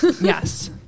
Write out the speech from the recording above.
yes